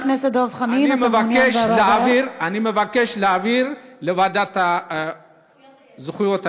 אני מבקש להעביר לוועדה לזכויות הילד.